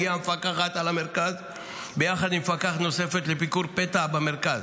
הגיעה המפקחת על המרכז ביחד עם מפקחת נוספת לביקור פתע במרכז.